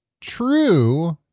true